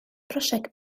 project